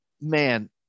man